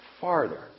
farther